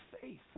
faith